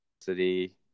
city